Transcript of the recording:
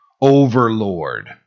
overlord